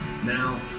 Now